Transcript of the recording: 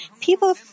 People